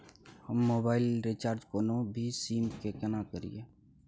हम मोबाइल के रिचार्ज कोनो भी सीम के केना करिए?